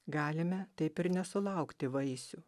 galime taip ir nesulaukti vaisių